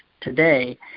today